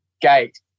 gate